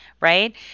right